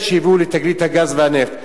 הן אלה שהביאו לתגלית הגז והנפט.